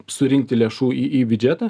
surinkti lėšų į į biudžetą